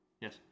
Yes